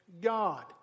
God